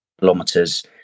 kilometers